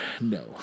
No